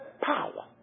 power